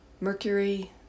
mercury